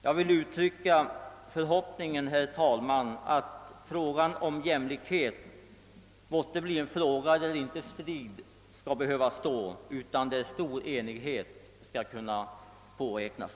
Jag vill uttrycka förhoppningen, herr talman, att frågan om jämlikheten måtte bli en fråga, varom strid inte skall behöva stå, utan där stor enighet skall kunna påräknas.